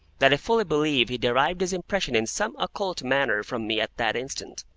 that i fully believe he derived his impression in some occult manner from me at that instant.